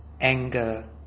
anger